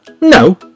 No